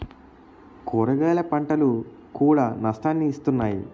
కూరగాయల పంటలు కూడా నష్టాన్ని ఇస్తున్నాయి